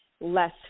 less